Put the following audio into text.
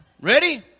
Ready